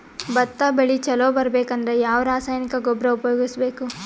ಭತ್ತ ಬೆಳಿ ಚಲೋ ಬರಬೇಕು ಅಂದ್ರ ಯಾವ ರಾಸಾಯನಿಕ ಗೊಬ್ಬರ ಉಪಯೋಗಿಸ ಬೇಕು?